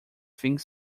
think